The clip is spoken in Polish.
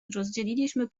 rozdzieliliśmy